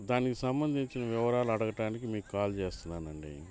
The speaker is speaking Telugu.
దానికి సంబందించిన వివరాలు అడగడానికి మీకు కాల్ చేస్తున్నానండి